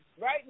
right